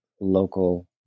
local